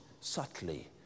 subtly